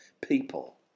people